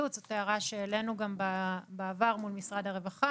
זאת הערה שהעלינו גם בעבר מול משרד הרווחה